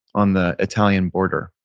on the italian border